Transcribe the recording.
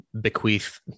bequeath